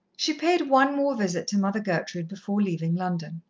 she paid one more visit to mother gertrude before leaving london.